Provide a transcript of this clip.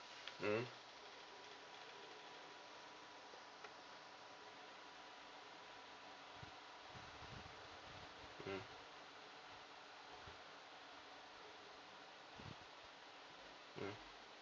mm mm mm